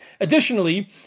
Additionally